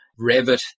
Revit